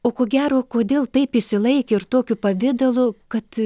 o ko gero kodėl taip išsilaikė ir tokiu pavidalu kad